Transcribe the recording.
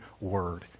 word